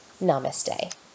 namaste